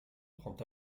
prend